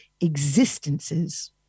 existences